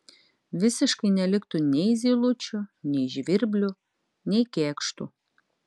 visiškai neliktų nei zylučių nei žvirblių nei kėkštų